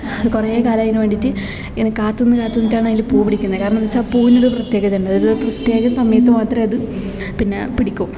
അത് കുറെ കാലം അതിന് വേണ്ടീട്ട് ഇങ്ങനെ കാത്ത് നിന്ന് കാത്ത് നിന്നിട്ടാണ് അതിൽ പൂ പിടിക്കുന്ന കാരണം എന്താച്ചാ പൂവിനൊരു പ്രത്യേകത ഉണ്ട് ഒരു പ്രത്യേക സമയത്ത് മാത്രമേ അത് പിന്നെ പിടിക്കൂ